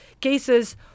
cases